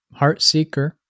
Heartseeker